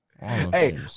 Hey